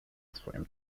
swoim